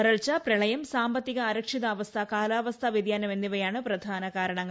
വരൾച്ച പ്രളയം സാമ്പത്തിക അരക്ഷിതാവസ്ഥ കാലാവസ്ഥാ വ്യതിയാനം എന്നിവയാണ് പ്രധാന കാരണങ്ങൾ